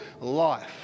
life